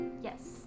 Yes